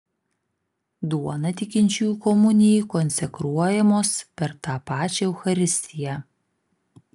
duona tikinčiųjų komunijai konsekruojamos per tą pačią eucharistiją